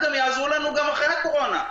יעזרו לנו גם אחרי הקורונה.